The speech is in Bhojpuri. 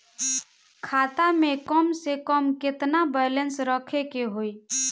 खाता में कम से कम केतना बैलेंस रखे के होईं?